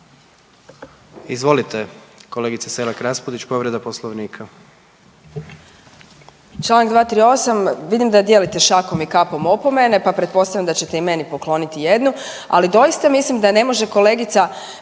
Poslovnika. **Selak Raspudić, Marija (Nezavisni)** Čl. 238, vidim da dijelite šakom i kapom opomene pa pretpostavljam da ćete i meni pokloniti jednu. Ali, doista mislim da ne može kolegica